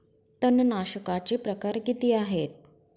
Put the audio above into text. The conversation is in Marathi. तणनाशकाचे प्रकार किती आहेत?